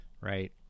right